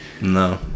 No